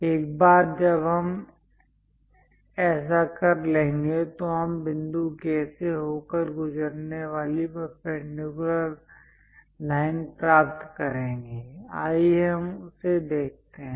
एक बार जब हम ऐसा कर लेंगे तो हम बिंदु K से होकर गुजरने वाली परपेंडिकुलर लाइन प्राप्त करेंगे आइए हम उसे देखते हैं